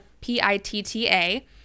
P-I-T-T-A